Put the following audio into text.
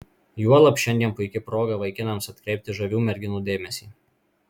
juolab šiandien puiki proga vaikinams atkreipti žavių merginų dėmesį